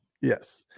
Yes